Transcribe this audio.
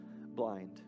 blind